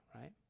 right